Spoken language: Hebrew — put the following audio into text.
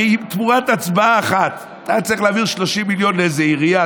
הרי אם תמורת הצבעה אחת היה צריך להעביר 30 מיליון לאיזו עירייה,